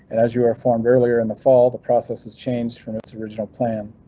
as you are formed earlier in the fall, the processes changed from its original plan.